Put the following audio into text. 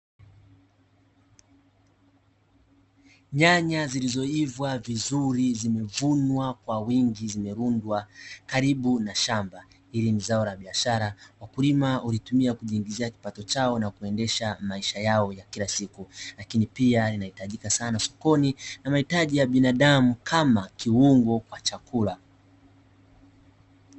Nyanya zilizoiva vizuri zimevunwa kwa wingi zimerundwa karibu na shamba. Hili ni zao la biashara wakulima hulitumia kujiingizia kipato chao na kuendesha maisha yao ya kila siku, lakini pia linahitajika sana sokoni na mahitaji ya binadamu kama kiungo kwa chakula.